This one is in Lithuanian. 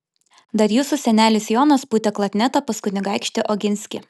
dar jūsų senelis jonas pūtė klarnetą pas kunigaikštį oginskį